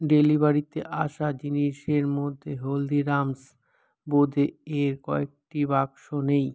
ডেলিভারিতে আসা জিনিসের মধ্যে হলদিরামস বোঁদে এর কয়েকটি বাক্স নেই